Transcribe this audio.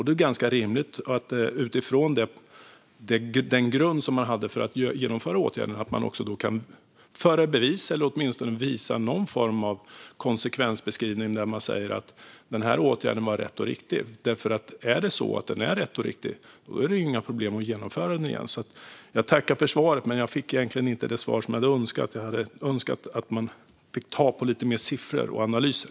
Det är rimligt att man utifrån den grund man hade för att genomföra åtgärden kan göra någon sorts konsekvensbeskrivning där man visar att åtgärden var rätt och riktig. Är den rätt och riktig är det ju inga problem att genomföra den igen. Som sagt: Jag tackar för svaret, men jag fick inte det svar jag önskade. Jag hade gärna fått lite mer analys och siffror.